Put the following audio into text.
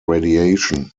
radiation